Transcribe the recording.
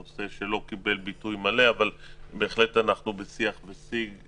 זה נושא שלא קיבל טיפול מלא עד עתה אבל אנחנו בהחלט בשיח בנושא זה.